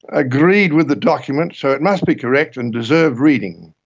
agreed with the document, so it must be correct and deserve reading.